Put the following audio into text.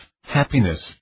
happiness